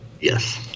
Yes